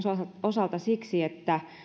osalta olivat perusteltuja siksi että